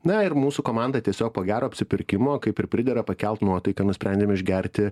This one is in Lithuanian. na ir mūsų komanda tiesiog po gero apsipirkimo kaip ir pridera pakelt nuotaiką nusprendėme išgerti